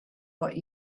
what